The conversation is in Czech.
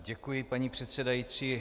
Děkuji, paní předsedající.